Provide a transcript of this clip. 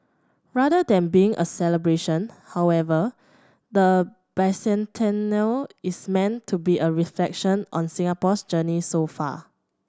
rather than being a celebration however the bicentennial is meant to be a reflection on Singapore's journey so far